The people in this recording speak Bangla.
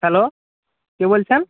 হ্যালো কে বলছেন